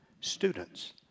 students